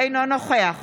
אינו נוכח